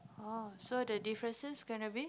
oh so the differences gonna be